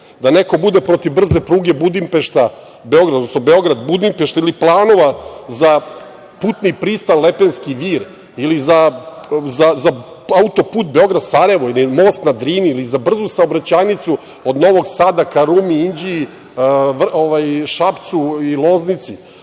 da neko bude protiv brze pruge Beograd – Budimpešta ili planova za putni pristav Lepenski Vir ili za autoput Beograd – Sarajevo, za most na Drini ili za brzu saobraćajnicu od Novog Sada ka Rumi, Inđiji, Šapcu i Loznici,